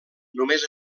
només